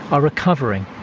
are recovering.